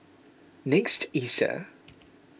next Easter